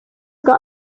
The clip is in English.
got